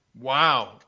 Wow